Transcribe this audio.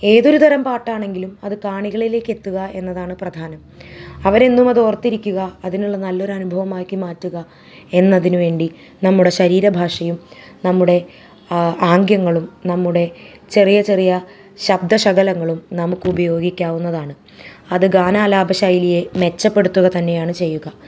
ഏതൊരു തരം പാട്ടാണെങ്കിലും അത് കാണികളിലേക്ക് എത്തുക എന്നതാണ് പ്രധാനം അവർ എന്നും അത് ഓർത്തിരിക്കുക അതിനുള്ള നല്ല ഒരു അനുഭവമാക്കി മാറ്റുക എന്നതിനുവേണ്ടി നമ്മുടെ ശരീര ഭാഷയും നമ്മുടെ ആഗ്യങ്ങളും നമ്മുടെ ചെറിയ ചെറിയ ശബ്ദ ശകലങ്ങളും നമുക്ക് ഉപയോഗിക്കാവുന്നതാണ് അത് ഗാനാലാപന ശൈലിയെ മെച്ചപ്പെടുത്തുക തന്നെയാണ് ചെയ്യുക